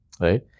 right